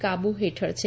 કાબુ હેઠળ છે